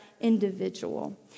individual